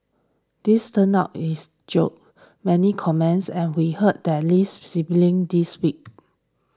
this turns out is joke many comments and we heard the Lee siblings this week